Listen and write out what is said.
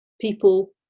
people